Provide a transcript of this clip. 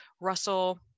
Russell